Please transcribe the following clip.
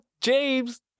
James